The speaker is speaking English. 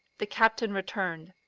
the captain returned.